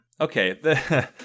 okay